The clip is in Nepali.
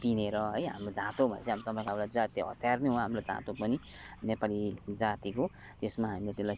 पिनेर है हाम्रो झाँतो भनेपछि अब तपाईँको एउटा जातीय हतियार नै हो हाम्रो झाँतो पनि नेपाली जातिको त्यसमा हामीले त्यसलाई